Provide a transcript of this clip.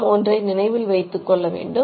நாம் ஒன்றை நினைவில் வைத்துக் கொள்ள வேண்டும்